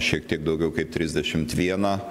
šiek tiek daugiau kaip trisdešimt vieną